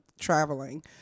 traveling